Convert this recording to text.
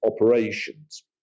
operations